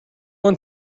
one